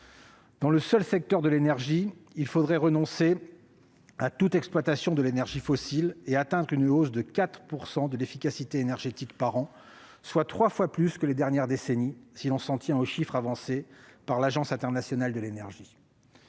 Dans le seul secteur de l'énergie, il faudrait renoncer à toute exploitation de l'énergie fossile et atteindre une hausse de 4 % de l'efficacité énergétique par an, soit trois fois plus que pendant les dernières décennies, si l'on s'en tient aux chiffres avancés par l'Agence internationale de l'énergie.